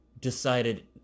decided